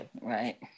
Right